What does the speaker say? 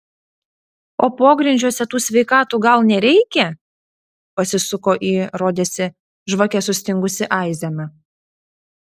o pogrindžiuose tų sveikatų gal nereikia pasisuko į rodėsi žvake sustingusį aizeną